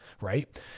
right